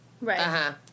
right